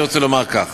אני רוצה לומר כך: